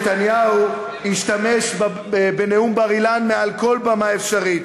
נתניהו השתמש בנאום בר-אילן מעל כל במה אפשרית.